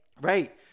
Right